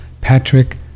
Patrick